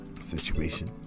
situation